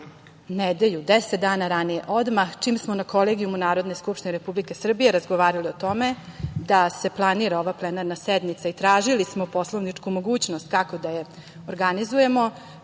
nedelju, 10 dana ranije, odmah čim smo na Kolegijumu Narodne skupštine Republike Srbije razgovarali o tome, da se planira ova plenarna sednica i tražili smo poslovničku mogućnost kako da je organizujemo.